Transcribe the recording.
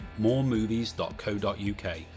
moremovies.co.uk